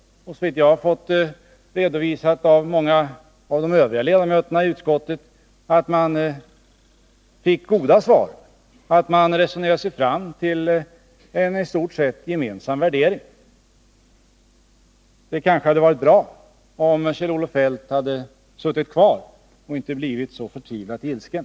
Efter vad som har sagts mig av många av de övriga ledamöterna i finansutskottet fick man goda svar, och man resonerade sig fram till en i stort sett gemensam värdering. Det kanske hade varit bra, om Kjell-Olof Feldt hade suttit kvar och inte blivit så förtvivlat ilsken.